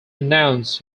announced